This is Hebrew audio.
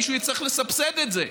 מישהו יצטרך לסבסד את זה.